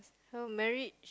no marriage